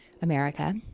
America